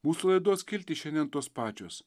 mūsų laidos skiltys šiandien tos pačios